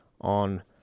on